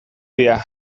dira